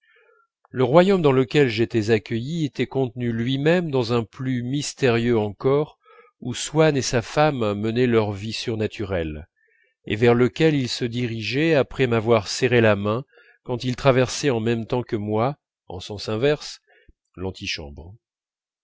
le royaume dans lequel j'étais accueilli était contenu lui-même dans un plus mystérieux encore où swann et sa femme menaient leur vie surnaturelle et vers lequel ils se dirigeaient après m'avoir serré la main quand ils traversaient en même temps que moi en sens inverse l'antichambre